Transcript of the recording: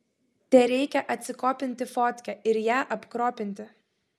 tereikia atsikopinti fotkę ir ją apkropinti